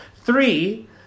Three